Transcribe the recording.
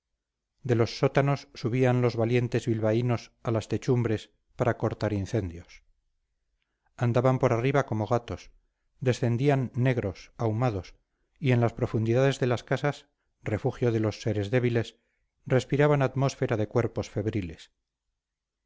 de los sótanos subían los valientes bilbaínos a las techumbres para cortar incendios andaban por arriba como gatos descendían negros ahumados y en las profundidades de las casas refugio de los seres débiles respiraban atmósfera de cuerpos febriles